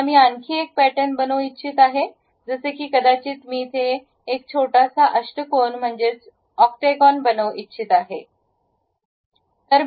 आता मी आणखी एक पॅटर्न बनवू इच्छित आहे जसे की कदाचित मी येथे एक छोटासा अष्टकोन म्हणजेच ओकटॅगोन बनवू इच्छित आहे